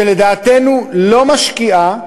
שלדעתנו לא משקיעה